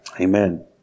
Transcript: Amen